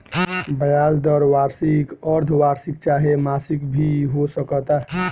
ब्याज दर वार्षिक, अर्द्धवार्षिक चाहे मासिक भी हो सकता